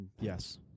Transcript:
Yes